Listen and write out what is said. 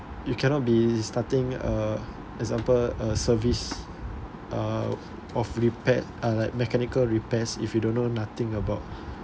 you cannot be starting a example a service uh of repair uh like mechanical repairs if you don't know nothing about